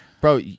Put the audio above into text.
Bro